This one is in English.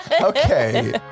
Okay